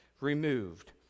removed